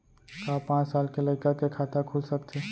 का पाँच साल के लइका के खाता खुल सकथे?